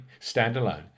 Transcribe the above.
standalone